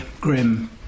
grim